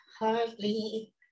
hardly